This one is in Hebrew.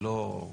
זה לא קשור.